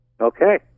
Okay